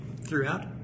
throughout